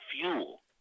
fuel